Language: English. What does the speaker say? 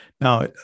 Now